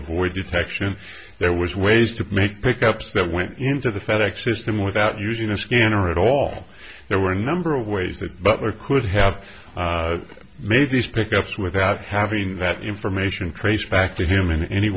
avoid detection there was ways to make pickups that went into the fedex system without using a scanner at all there were a number of ways that butler could have made these pick ups without having that information traced back to him in any